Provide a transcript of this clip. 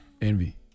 Envy